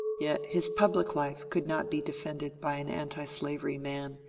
yet his public life could not be de fended by an antislavery man,